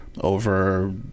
over